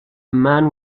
man